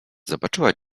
zobaczyła